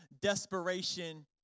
desperation